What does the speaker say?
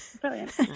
Brilliant